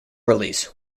release